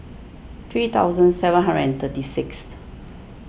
three thousand seven hundred and thirty sixth